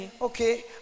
okay